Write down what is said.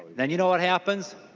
then you know what happens?